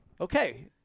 Okay